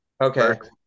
Okay